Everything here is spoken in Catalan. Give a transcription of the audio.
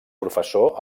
professor